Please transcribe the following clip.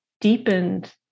deepened